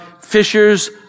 fishers